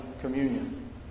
communion